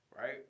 Right